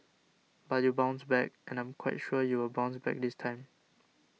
but you bounced back and I'm quite sure you will bounce back this time